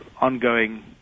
ongoing